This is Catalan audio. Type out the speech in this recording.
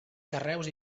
carreus